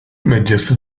medyası